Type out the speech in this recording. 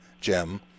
Jim